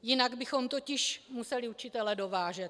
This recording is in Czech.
Jinak bychom totiž museli učitele dovážet.